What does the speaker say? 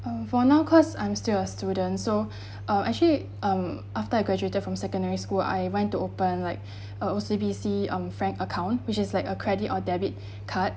um for now because I'm still a student so uh actually um after I graduated from secondary school I went to open like uh O_C_B_C on FRANK account which is like a credit or debit card